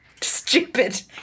Stupid